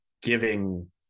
giving